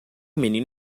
menino